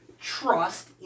trust